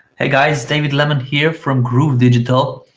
hey guys, david lemon here from groove digital.